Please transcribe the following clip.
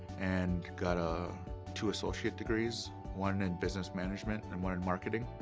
and got ah two associate degrees one in business management and one in marketing.